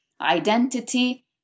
identity